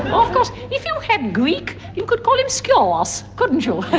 um course if you had greek you could call him sqiros, couldn't you.